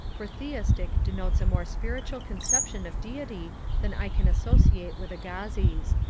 for theistic denotes a more spiritual conception of deity than i can associate with agassiz.